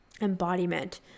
Embodiment